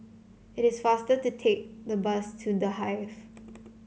it is faster to take the bus to The Hive